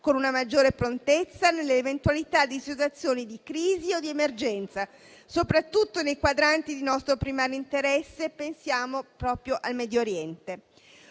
con una maggiore prontezza nell'eventualità di situazioni di crisi o di emergenza, soprattutto nei quadranti di nostro primario interesse (pensiamo proprio al Medio Oriente).